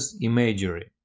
imagery